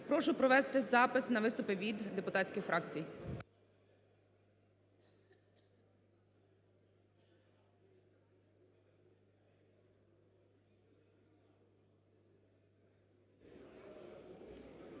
Прошу провести запис на виступи від депутатських фракцій.